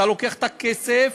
אתה לוקח את הכסף,